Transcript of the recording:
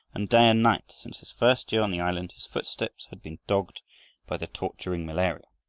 and day and night since his first year on the island his footsteps had been dogged by the torturing malaria.